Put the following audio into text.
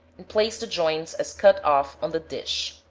and place the joints as cut off on the dish.